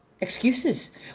excuses